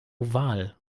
oval